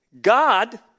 God